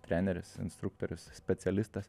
treneris instruktorius specialistas